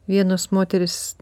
vienos moterys